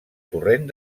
torrent